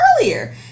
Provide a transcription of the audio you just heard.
earlier